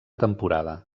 temporada